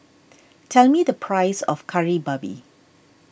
tell me the price of Kari Babi